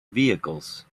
vehicles